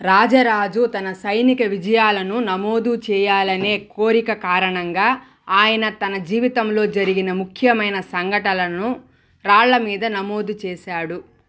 రాజరాజు తన సైనిక విజయాలను నమోదు చేయాలనే కోరిక కారణంగా ఆయన తన జీవితంలో జరిగిన ముఖ్యమైన సంఘటనలను రాళ్ళమీద నమోదు చేసాడు